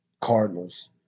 Cardinals